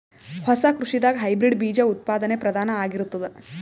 ಹೊಸ ಕೃಷಿದಾಗ ಹೈಬ್ರಿಡ್ ಬೀಜ ಉತ್ಪಾದನೆ ಪ್ರಧಾನ ಆಗಿರತದ